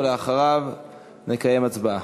ואחריו נקיים הצבעה.